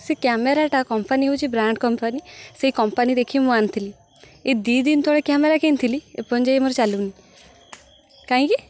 ସେ କ୍ୟାମେରାଟା କମ୍ପାନୀ ହେଉଛି ବ୍ରାଣ୍ଡ କମ୍ପାନୀ ସେଇ କମ୍ପାନୀ ଦେଖି ମୁଁ ଆଣିଥିଲି ଏଇ ଦୁଇ ଦିନ ତଳେ କ୍ୟାମେରା କିଣିଥିଲି ଏପର୍ଯ୍ୟନ୍ତ ଯାଏଁ ମୋର ଚାଲୁନି କାହିଁକି